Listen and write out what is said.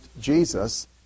Jesus